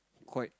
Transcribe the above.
quite